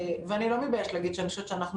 ואני לא מתביישת להגיד שאני חושבת שאנחנו